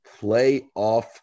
playoff